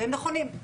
והם נכונים.